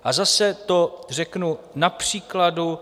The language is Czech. A zase to řeknu na příkladu.